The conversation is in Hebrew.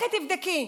לכי תבדקי.